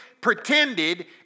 pretended